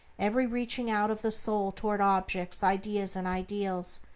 every reaching out of the soul toward objects, ideas and ideals,